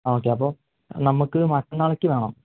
ആ ഓക്കെ അപ്പോൾ നമ്മൾക്ക് മറ്റന്നാളേക്ക് വേണം